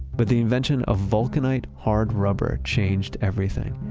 but the invention of vulcanite hard rubber changed everything.